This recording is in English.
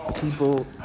people